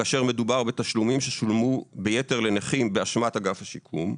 כאשר מדובר בתשלומים ששולמו ביתר לנכים באשמת אגף השיקום.